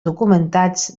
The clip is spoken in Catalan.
documentats